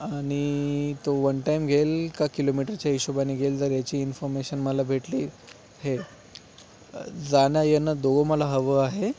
आणि तो one time घेईल का किलोमीटरच्या हिशोबाने घेईल जर याची इन्फॉर्मेशन मला भेटली हे जाणं येणं दोहं मला हवं आहे